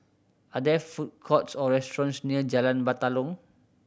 are there food courts or restaurants near Jalan Batalong